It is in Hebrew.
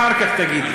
אחר כך תגיד לי.